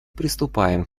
приступаем